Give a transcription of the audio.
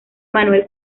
manuel